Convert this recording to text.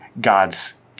God's